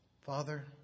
Father